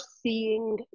seeing